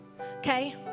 Okay